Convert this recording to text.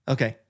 Okay